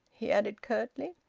he added curtly.